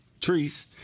trees